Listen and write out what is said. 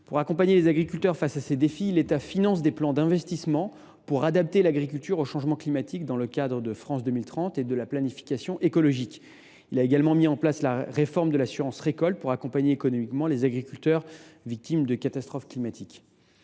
Pour accompagner les agriculteurs face à ces défis, l’État finance des plans d’investissement visant à adapter l’agriculture au changement climatique dans le cadre de France 2030 et de la planification écologique. Il a également mis en place la réforme de l’assurance récolte pour accompagner économiquement les agriculteurs victimes de catastrophes climatiques.